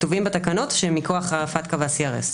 כתובים בתקנות שמכוח הפתק"א וה-CRS.